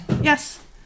Yes